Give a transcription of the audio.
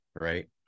right